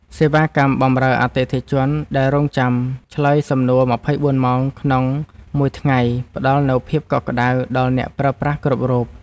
សេវាកម្មបម្រើអតិថិជនដែលរង់ចាំឆ្លើយសំណួរម្ភៃបួនម៉ោងក្នុងមួយថ្ងៃផ្ដល់នូវភាពកក់ក្ដៅដល់អ្នកប្រើប្រាស់គ្រប់រូប។